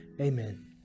amen